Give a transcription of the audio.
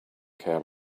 care